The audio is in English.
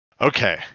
okay